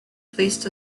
released